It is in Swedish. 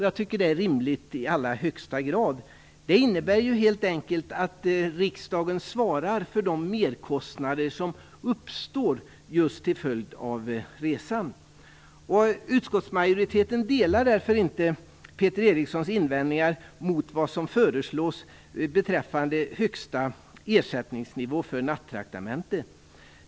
Jag tycker att det är i allra högsta grad rimligt. Det innebär helt enkelt att riksdagen svarar för de merkostnader som uppstår just till följd av resan. Utskottsmajoriteten delar därför inte Peter Erikssons invändningar mot vad som föreslås beträffande högsta ersättningsnivå för nattraktamente.